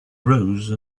rose